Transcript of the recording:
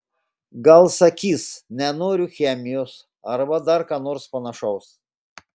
gal sakys nenoriu chemijos arba dar ką nors panašaus